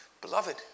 beloved